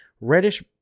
reddish